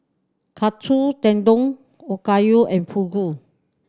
Katsu Tendon Okayu and Fugu